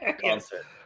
concert